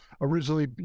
Originally